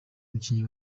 umukinnyi